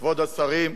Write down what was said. כבוד השרים,